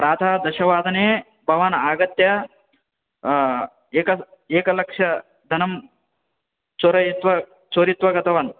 प्रातः दशवादने भवान् आगत्य एक एकलक्षधनं चोरयित्वा चोरित्वा गतवान्